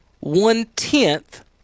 one-tenth